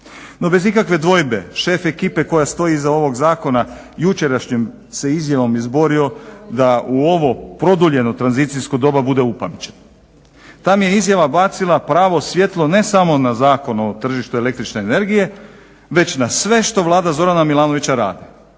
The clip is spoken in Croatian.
No bez ikakve dvojbe šef ekipe koja stoji iza ovog zakona jučerašnjom se izjavom izborio da u ovo produljeno tranzicijsko doba bude upamćen. Ta mi je izjava bacila pravo svjetlo ne samo na Zakon o tržištu električne energije već na sve što Vlada Zorana Milanovića radi.